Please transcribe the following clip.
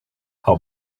how